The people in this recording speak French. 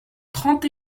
trente